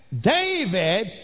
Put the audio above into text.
David